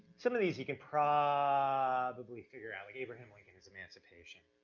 some of these you can probably ah probably figure out. like abraham lincoln is emancipation,